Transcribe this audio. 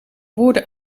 woorden